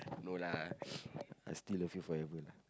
no lah I still love you forever lah